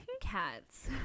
cats